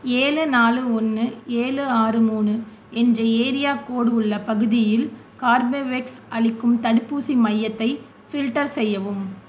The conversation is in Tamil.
ஏழு நாலு ஒன்று ஏழு ஆறு மூணு என்ற ஏரியா கோடு உள்ள பகுதியில் கார்பவேக்ஸ் அளிக்கும் தடுப்பூசி மையத்தை ஃபில்டர் செய்யவும்